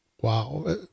Wow